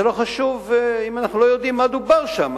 זה לא חשוב אם אנחנו לא יודעים מה דובר שם.